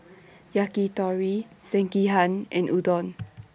Yakitori Sekihan and Udon